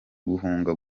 guhunga